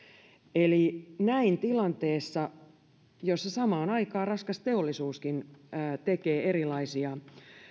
eli näin tilanteessa jossa samaan aikaan raskas teollisuuskin tekee erilaisia